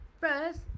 first